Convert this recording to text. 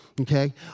Okay